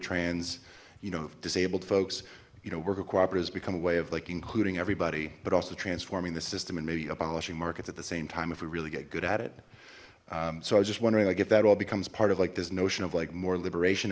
trans you know disabled folks you know work of cooperatives become a way of like including everybody but also transforming the system and maybe abolishing markets at the same time if we really get good at it so i was just wondering like if that all becomes part of like this notion of like more liberation